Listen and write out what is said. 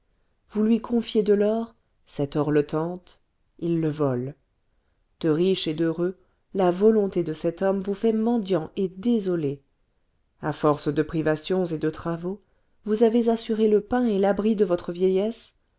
vous lui confiez de l'or cet or le tente il le vole de riche et d'heureux la volonté de cet homme vous fait mendiant et désolé à force de privations et de travaux vous avez assuré le pain et l'abri de votre vieillesse